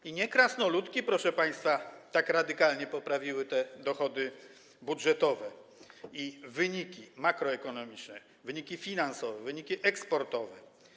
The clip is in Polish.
I nie krasnoludki, proszę państwa, tak radykalnie poprawiły dochody budżetowe i wyniki makroekonomiczne, wyniki finansowe, wyniki eksportowe.